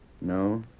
No